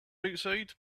outside